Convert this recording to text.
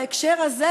בהקשר הזה,